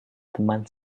teman